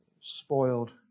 spoiled